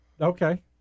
Okay